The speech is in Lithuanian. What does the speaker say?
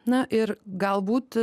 na ir galbūt